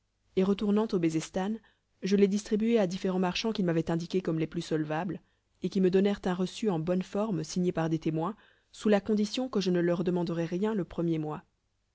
et retournant au bezestan je les distribuai à différents marchands qu'ils m'avaient indiqués comme les plus solvables et qui me donnèrent un reçu en bonne forme signé par des témoins sous la condition que je ne leur demanderais rien le premier mois